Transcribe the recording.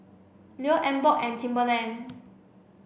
Leo Emborg and Timberland